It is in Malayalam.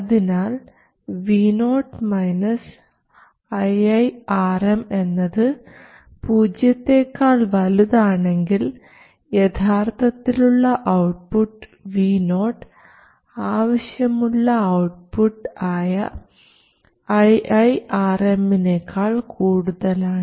അതിനാൽ vo iiRm എന്നത് പൂജ്യത്തെക്കാൾ വലുതാണെങ്കിൽ യഥാർത്ഥത്തിലുള്ള ഔട്ട്പുട്ട് vo ആവശ്യമുള്ള ഔട്ട്പുട്ട് ആയ iiRm നേക്കാൾ കൂടുതലാണ്